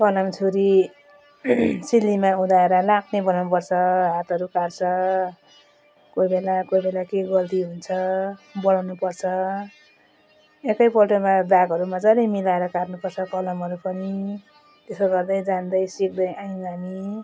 कलम छुरी सिलीमा उदाएर लाग्ने बनाउनुपर्छ हातहरू काट्छ कोई बेला कोई बेला के गल्ती हुन्छ बोलाउनुपर्छ एकैपल्टमा दागहरू मजाले मिलाएर काट्नुपर्छ कलमहरू पनि त्यसो गर्दै जाँदै सिक्दै आयौँ हामी